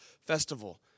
festival